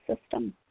system